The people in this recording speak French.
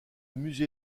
musée